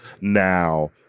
now